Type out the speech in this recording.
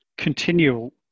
continual